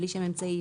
בלי שם אמצעי,